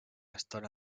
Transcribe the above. estona